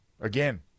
again